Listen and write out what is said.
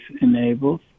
enables